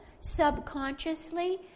subconsciously